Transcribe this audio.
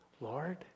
Lord